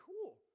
Cool